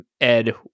Ed